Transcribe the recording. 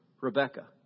Rebecca